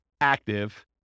active